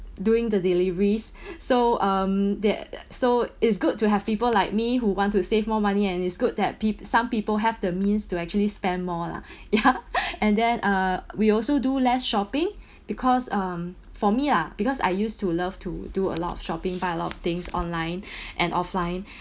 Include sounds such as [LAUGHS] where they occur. doing the deliveries [BREATH] so um that so it's good to have people like me who want to save more money and it's good that peop~ some people have the means to actually spend more lah [BREATH] [LAUGHS] ya [BREATH] and then uh we also do less shopping [BREATH] because um for me lah because I used to love to do a lot of shopping buy a lot of things online [BREATH] and offline [BREATH]